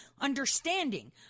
understanding